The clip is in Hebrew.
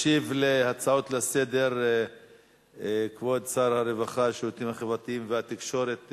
ישיב על ההצעות לסדר כבוד שר הרווחה השירותים החברתיים והתקשורת,